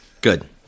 Good